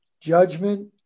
judgment